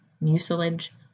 mucilage